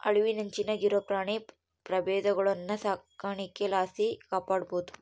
ಅಳಿವಿನಂಚಿನಾಗಿರೋ ಪ್ರಾಣಿ ಪ್ರಭೇದಗುಳ್ನ ಸಾಕಾಣಿಕೆ ಲಾಸಿ ಕಾಪಾಡ್ಬೋದು